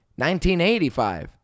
1985